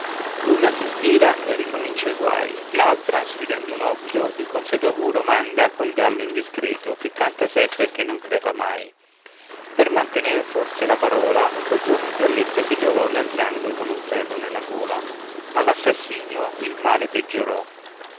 l'una si stira e ricomincia i guai l'altra schiudendo un occhio il consueto augurio manda a quel gallo indiscreto che canta sempre e che non crepa mai per mantenere forse la parola un bel giorno il galletto si trovò nel sangue con un ferro nella gola ma l'assassinio il male peggiorò